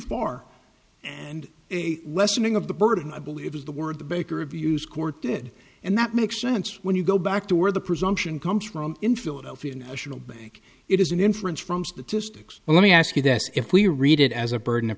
far and a lessening of the burden i believe is the word the baker of used court did and that makes sense when you go back to where the presumption comes from in philadelphia national bank it is an inference from statistics and let me ask you this if we read it as a burden of